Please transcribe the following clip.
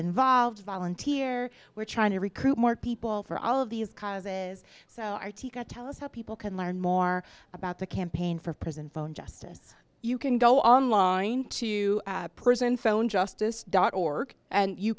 involved volunteer we're trying to recruit more people for all of these causes so tell us how people can learn more about the campaign for prison phone justice you can go online to prison phone justice dot org and you